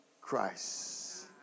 Christ